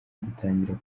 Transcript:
dutangira